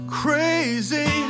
crazy